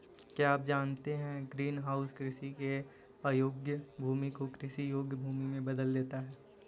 क्या आप जानते है ग्रीनहाउस कृषि के अयोग्य भूमि को कृषि योग्य भूमि में बदल देता है?